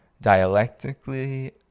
dialectically